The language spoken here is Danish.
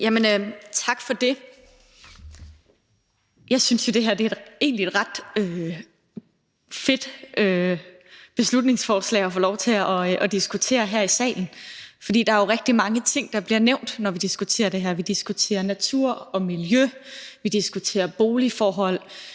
(RV): Tak for det. Jeg synes jo egentlig, det her er et ret fedt beslutningsforslag at få lov til at diskutere her i salen, for der er jo rigtig mange ting, der bliver nævnt, når vi diskuterer det her. Vi diskuterer natur og miljø, vi diskuterer boligforhold,